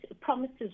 promises